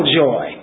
joy